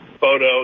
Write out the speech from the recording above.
photo